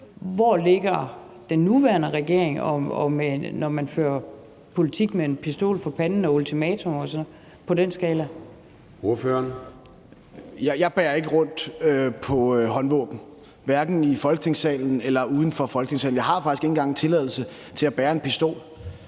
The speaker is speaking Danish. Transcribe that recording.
Formanden (Søren Gade): Ordføreren. Kl. 10:13 Morten Dahlin (V): Jeg bærer ikke rundt på håndvåben, hverken i Folketingssalen eller uden for Folketingssalen. Jeg har faktisk ikke engang en tilladelse til at bære en pistol.